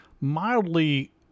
mildly